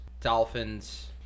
Dolphins